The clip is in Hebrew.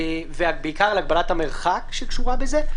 בעיקר על הגבלת המרחק שקשורה בזה,